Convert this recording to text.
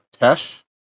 Tesh